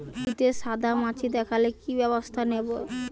ভিন্ডিতে সাদা মাছি দেখালে কি ব্যবস্থা নেবো?